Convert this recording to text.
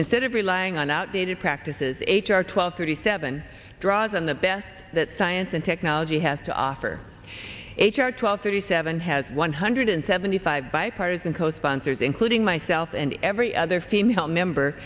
instead of relying on outdated practices h r twelve thirty seven draws on the best that science and technology has to offer h r twelve thirty seven has one hundred seventy five bipartisan co sponsors including myself and every other female member